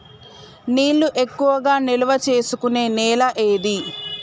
నీళ్లు ఎక్కువగా నిల్వ చేసుకునే నేల ఏది?